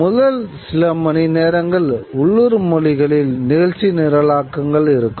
முதல் சில மணிநேரங்கள் உள்ளூர் மொழிகளில் நிகழ்ச்சி நிரலாக்கங்கள் இருக்கும்